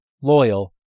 loyal